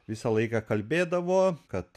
visą laiką kalbėdavo kad